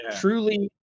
truly